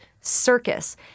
circus